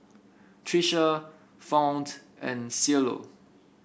Tricia Fount and Cielo